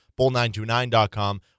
bull929.com